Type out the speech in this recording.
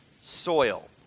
soil